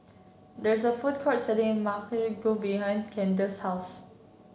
there is a food court selling go behind Candice's house